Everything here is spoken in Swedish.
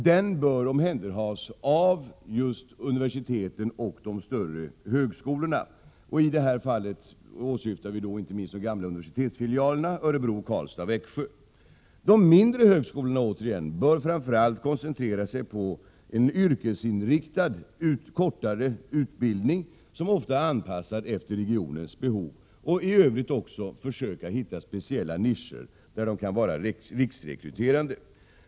Den bör omhänderhas av just universiteten och de större högskolorna. I det här fallet åsyftar vi inte minst de gamla universitetsfilialerna i Örebro, Karlstad och Växjö. De mindre högskolorna bör koncentrera sig framför allt på en yrkesinriktad kortare utbildning, som ofta är anpassad efter regionens behov. De bör också försöka hitta speciella nischer där de kan vara riksrekryterande.